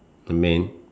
I mean